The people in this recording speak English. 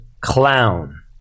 clown